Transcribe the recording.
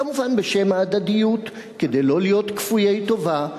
כמובן בשם ההדדיות, כדי שלא להיות כפויי טובה,